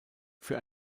für